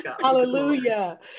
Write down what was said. Hallelujah